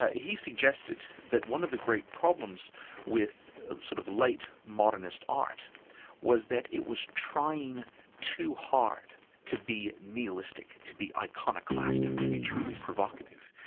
ah he suggested that one of the great problems with sort of late modernist art was that it was trying too hard to be nihilistic, to be iconoclastic, to be truly provocative.